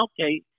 Okay